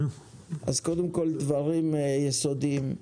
אז קודם כל דברים יסודיים,